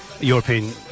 European